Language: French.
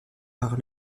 par